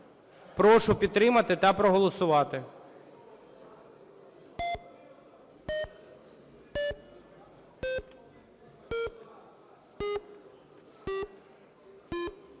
Прошу підтримати та проголосувати.